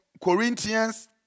Corinthians